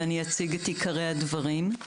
ואני אציג את עיקרי הדברים.